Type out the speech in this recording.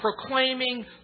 proclaiming